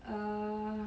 err